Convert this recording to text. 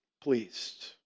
pleased